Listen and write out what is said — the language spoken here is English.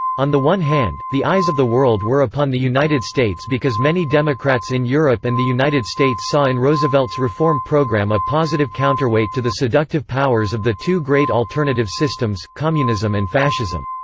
on the one hand, the eyes of the world were upon the united states because many democrats in europe and the united states saw in roosevelt's reform program a positive counterweight to the seductive powers of the two great alternative systems, communism and fascism.